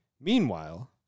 Meanwhile